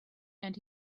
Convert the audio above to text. and